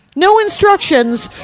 no instructions,